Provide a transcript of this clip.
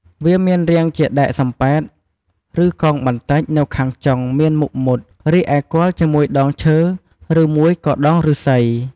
វាមានរាងជាដែកសំប៉ែត ឬកោងបន្តិច នៅខាងចុងមានមុខមុត រីឯគល់ជាមួយដងឈើ រឺមួយក៏ដងឬស្សី។